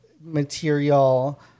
material